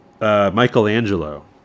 Michelangelo